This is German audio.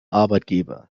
arbeitgeber